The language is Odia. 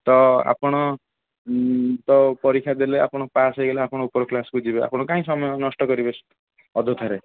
ତ ଆପଣ ତ ପରୀକ୍ଷା ଦେଲେ ଆପଣ ପାସ ହୋଇଗଲେ ଆପଣ ଉପର କ୍ଲାସକୁ ଯିବେ ଆପଣ କାହିଁକି ସମୟ ନଷ୍ଟ କରିବେ ଅଯଥାରେ